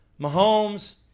Mahomes